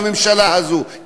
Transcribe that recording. לממשלה הזאת,